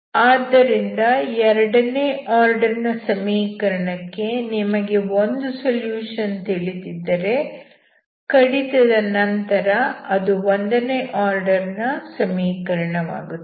ಇದರಿಂದಾಗಿ ಎರಡನೇ ಆರ್ಡರ್ ನ ಸಮೀಕರಣಕ್ಕೆ ನಿಮಗೆ ಒಂದು ಸೊಲ್ಯೂಷನ್ ತಿಳಿದಿದ್ದರೆ ಕಡಿತದ ನಂತರ ಅದು ಒಂದನೇ ಆರ್ಡರ್ ನ ಸಮೀಕರಣವಾಗುತ್ತದೆ